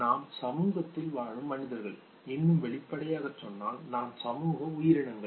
நாம் சமூகத்தில் வாழும் மனிதர்கள் இன்னும் வெளிப்படையாகச் சொன்னால் நாம் சமூக உயிரினங்கள்